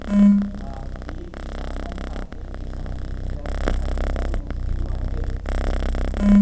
भारतीय किसानन खातिर किसानी ट्रक खरिदल मुश्किल बाटे